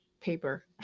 paper